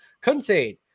contain